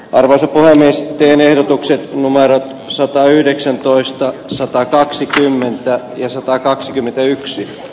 arvoisa puhemies jim ehdotukset numero satayhdeksäntoista satakaksikymmentä ja satakaksikymmentäyksi s